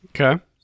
Okay